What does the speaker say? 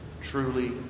Truly